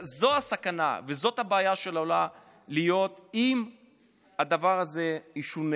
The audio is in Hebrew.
זו הסכנה וזאת הבעיה שעלולה להיות אם הדבר הזה ישונה.